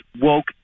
woke